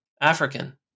African